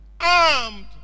armed